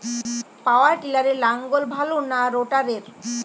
পাওয়ার টিলারে লাঙ্গল ভালো না রোটারের?